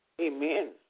Amen